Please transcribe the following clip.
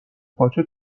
پاچه